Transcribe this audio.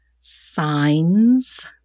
Signs